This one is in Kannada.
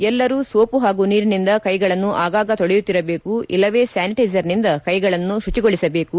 ಎಲ್ಲರೂ ಸೋಪು ಹಾಗೂ ನೀರಿನಿಂದ ಕೈಗಳನ್ನು ಆಗಾಗ ತೊಳೆಯುತ್ತಿರಬೇಕು ಇಲ್ಲವೇ ಸ್ಥಾನಿಟೈಜರ್ನಿಂದ ಕೈಗಳನ್ನು ಶುಚಿಗೊಳಿಸಬೇಕು